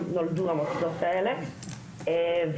המוסדות האלה נולדו לא סתם,